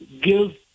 give